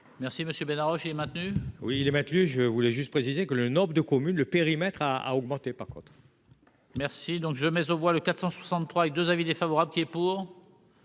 Merci monsieur B. Roche il est maintenu. Oui, les maths, je voulais juste préciser que le nombre de communes le périmètre à a augmenté par contre. Merci donc je mets aux voix le 463 et 2 avis défavorables qui est pour,